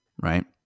right